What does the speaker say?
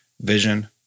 Vision